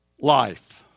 life